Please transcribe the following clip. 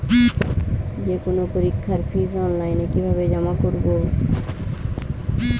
যে কোনো পরীক্ষার ফিস অনলাইনে কিভাবে জমা করব?